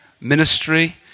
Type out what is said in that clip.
ministry